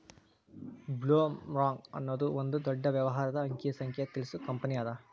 ಬ್ಲೊಮ್ರಾಂಗ್ ಅನ್ನೊದು ಒಂದ ದೊಡ್ಡ ವ್ಯವಹಾರದ ಅಂಕಿ ಸಂಖ್ಯೆ ತಿಳಿಸು ಕಂಪನಿಅದ